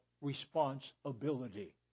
responsibility